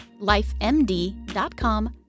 LifeMD.com